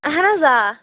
اَہَن حظ آ